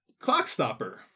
Clockstopper